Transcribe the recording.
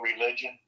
religion